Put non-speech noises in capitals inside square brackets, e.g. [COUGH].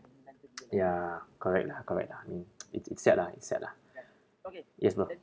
[NOISE] ya correct lah correct lah I mean [NOISE] it's it's sad lah it's sad lah yes bro